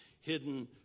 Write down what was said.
hidden